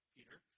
Peter